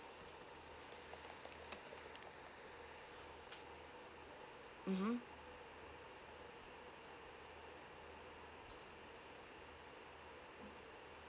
mmhmm